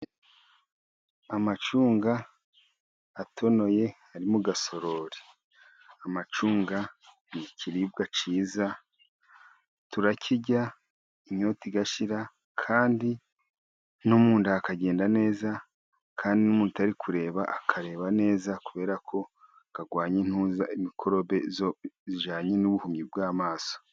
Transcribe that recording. Amacunga atonoye ari mu gasorori, amacunga ni ikiribwa cyiza turakirya inyota igashira kandi munda hakagenda neza kandi, nutari kureba akareba neza kubera ko agwanye mikorobe zijanye n'ubuhumyi bw'amaso.